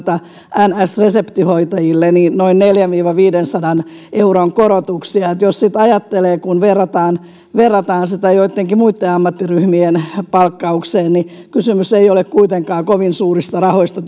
niin sanottu reseptihoitajille noin neljänsadan viiva viidensadan euron korotuksia jos sitten ajattelee että kun verrataan verrataan sitä joittenkin muitten ammattiryhmien palkkaukseen niin kysymys ei ole kuitenkaan kovin suurista rahoista